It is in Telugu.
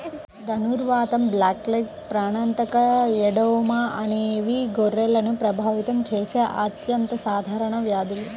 ధనుర్వాతం, బ్లాక్లెగ్, ప్రాణాంతక ఎడెమా అనేవి గొర్రెలను ప్రభావితం చేసే అత్యంత సాధారణ వ్యాధులు